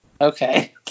Okay